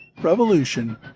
Revolution